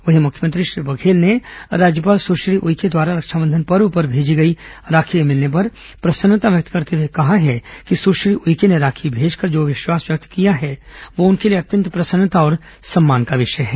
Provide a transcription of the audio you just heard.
वहीं मुख्यमंत्री श्री बघेल ने राज्यपाल सुश्री उइके द्वारा रक्षाबंधन पर्व पर भेजी गई राखी मिलने पर प्रसन्नता व्यक्त करते हुए कहा है कि सुश्री उइके ने राखी भेजकर जो विश्वास व्यक्त किया है वह उनके लिए अत्यंत प्रसन्नता और सम्मान का विषय है